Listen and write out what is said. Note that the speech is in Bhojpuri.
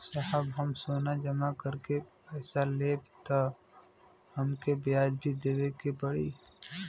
साहब हम सोना जमा करके पैसा लेब त हमके ब्याज भी देवे के पड़ी?